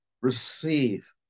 receive